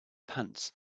pants